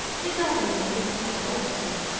the governor, and his wife also,